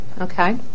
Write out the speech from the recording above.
Okay